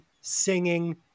singing